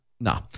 No